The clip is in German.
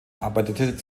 arbeitete